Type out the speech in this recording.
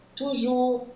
toujours